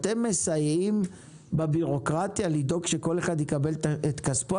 אתם מסייעים בבירוקרטיה לדאוג שכל אחד יקבל את כספו?